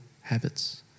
habits